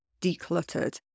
decluttered